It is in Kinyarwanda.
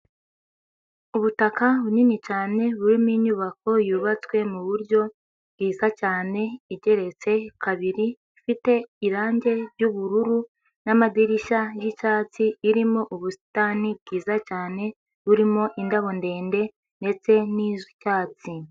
Ubutaka bunini cyane burimo inyubako yubatswe mu buryo bwiza cyane igeretse kabiri, ifite irangi ry'ubururu n'amadirishya y'icyatsi, irimo ubusitani bwiza cyane, burimo indabo ndende ndetse n'iz'icyatsi.